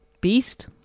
Beast